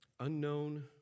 Unknown